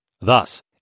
Thus